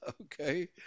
okay